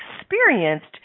experienced